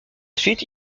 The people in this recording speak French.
suite